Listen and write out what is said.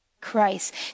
Christ